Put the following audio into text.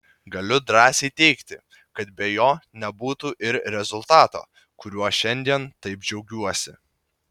galiu drąsiai teigti kad be jo nebūtų ir rezultato kuriuo šiandien taip džiaugiuosi